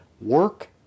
work